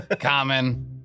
Common